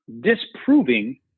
disproving